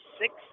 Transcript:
six